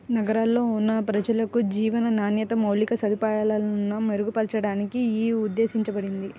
నగరాల్లో ఉన్న ప్రజలకు జీవన నాణ్యత, మౌలిక సదుపాయాలను మెరుగుపరచడానికి యీ ఉద్దేశించబడింది